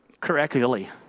Correctly